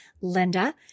Linda